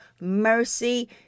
mercy